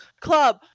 club